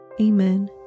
Amen